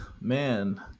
man